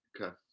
Okay